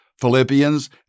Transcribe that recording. Philippians